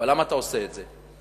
אבל למה אתה עושה את זה?